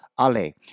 Ale